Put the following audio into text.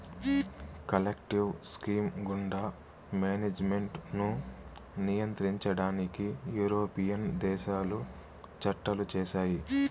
collective scheme గుండా management ను నియంత్రించడానికి యూరోపియన్ దేశాలు చట్టాలు చేశాయి